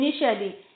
initially